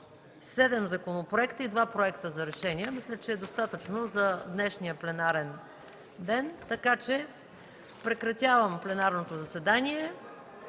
законопроекта и два проекта за решения. Мисля, че е достатъчно за днешния пленарен ден. Прекратявам пленарното заседание.